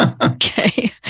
Okay